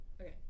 Okay